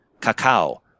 cacao